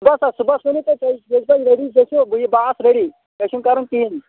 صُبسا صُبحس ؤنِو تُہۍ تیٚلہِ ییٚلہِ تُہۍ ریڈی گٔژھِو بہٕ آسہٕ ریڈی مےٚ چھُنہٕ کَرُن کِہیٖنۍ